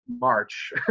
March